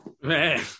Man